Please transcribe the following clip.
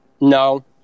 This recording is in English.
No